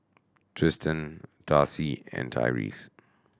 Tristen Darcie and Tyreese